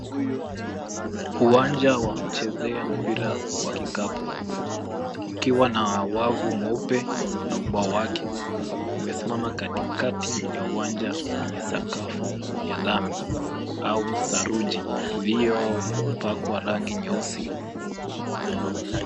Uwanja wa kuchezea mpira wa kikapu ukiwa na wavu mweupe na ubao wake. Umesimama katikati ya uwanja wenye sakafu ya lami au saruji iliyopakwa rangi nyeusi.